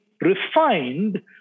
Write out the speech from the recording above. refined